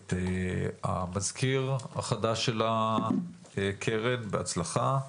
את המזכיר החדש של הקרן, בהצלחה,